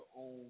own